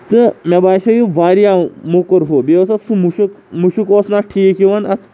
تہٕ مےٚ باسیو یہِ واریاہ موٚکُر ہہُ بیٚیہِ اوس اَتھ سُہ مُشک مُشک اوس نہٕ ٹھیٖک یِوان اَتھ